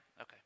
Okay